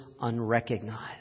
unrecognized